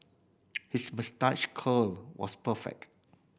his moustache curl was perfect